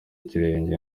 ikirenge